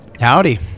Howdy